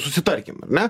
susitarkim ar ne